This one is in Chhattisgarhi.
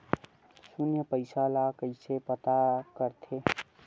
शून्य पईसा ला कइसे पता करथे?